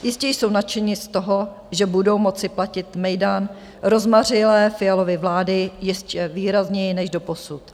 Jistě jsou nadšeni z toho, že budou moci platit mejdan rozmařilé Fialovy vlády ještě výrazněji než doposud.